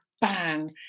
bang